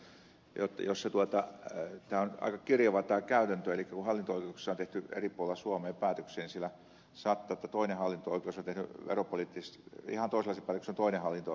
elikkä kun hallinto oikeuksissa on tehty eri puolilla suomea päätöksiä niin siellä saattaa olla että toinen hallinto oikeus on tehnyt veropoliittisesti ihan toisenlaisen päätöksen kuin toinen hallinto oikeus